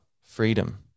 freedom